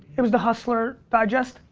it was the hustler digest?